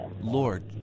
Lord